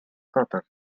quentin